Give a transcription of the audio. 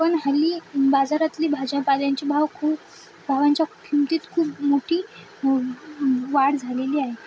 पण हल्ली बाजारातली भाजीपाल्यांचे भाव खूप भावांच्या किमतीत खूप मोठी वाढ झालेली आहे